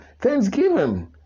thanksgiving